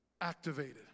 activated